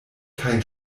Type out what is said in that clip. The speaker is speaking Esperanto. kaj